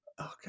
okay